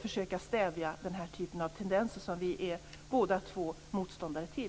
försöka stävja den här typen av tendenser, som vi båda två är motståndare till.